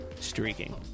streaking